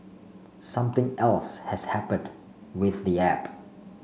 something else has happened with the app